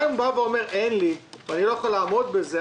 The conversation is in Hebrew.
גם אם יבוא ויאמר שאין לו והוא לא יכול לעמוד בזה,